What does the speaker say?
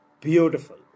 Beautiful